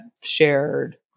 shared